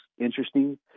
interesting